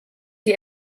die